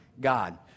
God